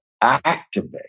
activate